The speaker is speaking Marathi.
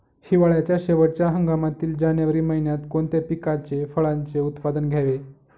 हिवाळ्याच्या शेवटच्या हंगामातील जानेवारी महिन्यात कोणत्या पिकाचे, फळांचे उत्पादन घ्यावे?